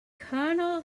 colonel